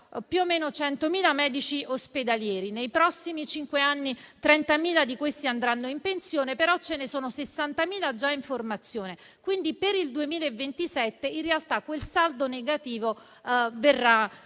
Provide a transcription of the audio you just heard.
più o meno 100.000 medici ospedalieri; nei prossimi cinque anni 30.000 di questi andranno in pensione, però ce ne sono 60.000 già in formazione. Quindi, per il 2027 quel saldo negativo verrà